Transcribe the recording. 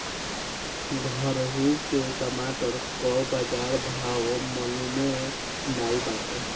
घुरहु के टमाटर कअ बजार भाव मलूमे नाइ बाटे